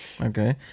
Okay